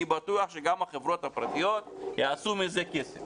אני בטוח שגם החברות הפרטיות יעשו מזה כסף.